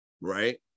right